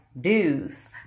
dues